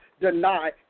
deny